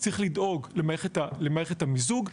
צריך לדאוג למערכת המיזוג,